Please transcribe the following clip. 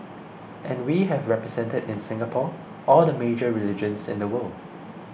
and we have represented in Singapore all the major religions in the world